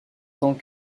tant